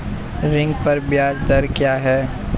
ऋण पर ब्याज दर क्या है?